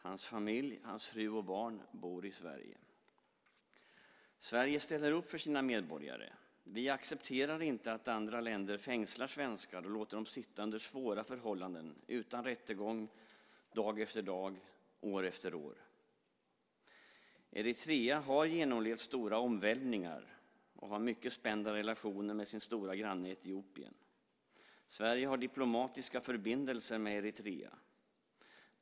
Hans familj, hans fru och barn bor i Sverige. Sverige ställer upp för sina medborgare. Vi accepterar inte att andra länder fängslar svenskar och låter dem sitta under svåra förhållanden utan rättegång dag efter dag, år efter år. Eritrea har genomlevt stora omvälvningar och har mycket spända relationer med sin stora granne Etiopien. Sverige har diplomatiska förbindelser med Eritrea.